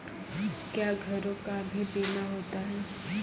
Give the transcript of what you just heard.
क्या घरों का भी बीमा होता हैं?